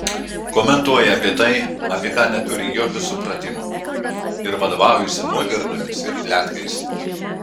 komentuoja apie tai apie ką neturi jokio supratimo ir vadovaujasi nuogirdomis ir pletkais